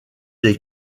des